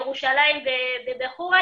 ירושלים ובחורה,